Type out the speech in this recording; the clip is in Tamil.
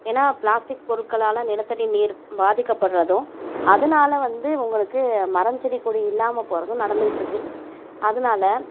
ஏன்னா பிளாஸ்டிக் பொருள்களால் நிலத்தடி நீர் பாதிக்க பட்றதும் அதனால வந்து உங்களுக்கு மரம் செடி கொடி இல்லாமல் போகிறதும் நடந்துட்டுருக்கு அதனால